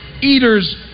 eaters